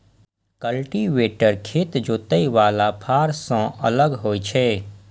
cultivator खेत जोतय बला फाड़ सं अलग होइ छै